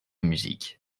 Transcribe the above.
musique